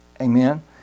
Amen